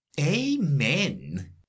Amen